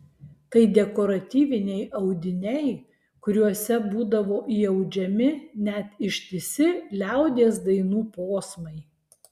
tai dekoratyviniai audiniai kuriuose būdavo įaudžiami net ištisi liaudies dainų posmai